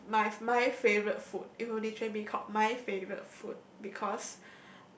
uh my my favourite food it will literally be called my favourite food because